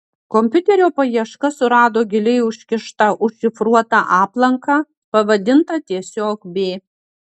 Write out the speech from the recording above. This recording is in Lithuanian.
kompiuterio paieška surado giliai užkištą užšifruotą aplanką pavadintą tiesiog b